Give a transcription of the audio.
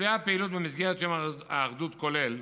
מתווה הפעילות, במסגרת יום האחדות, כולל